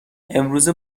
امروزه